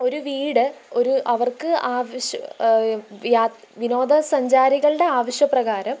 ഒരു വീട് ഒരു അവർക്ക് ആവശ്യ യാത് വിനോദ സഞ്ചാരികളുടെ ആവശ്യ പ്രകാരം